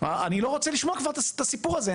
אני לא רוצה לשמוע כבר את הסיפור הזה,